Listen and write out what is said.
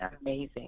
amazing